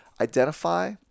identify